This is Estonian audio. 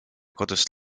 kodust